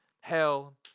hell